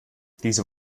diese